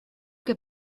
que